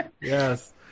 Yes